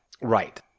Right